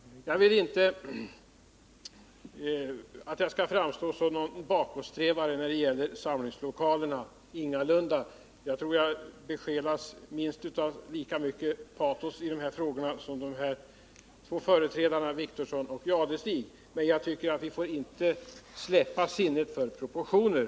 Jag vill inte framstå som någon bakåtsträvare när det gäller samlingslokaler. Jag tror att jag besjälas av minst lika mycket patos i denna fråga som Åke Wictorsson och Thure Jadestig. Men vi får inte tappa sinnet för proportioner.